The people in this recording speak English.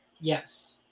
Yes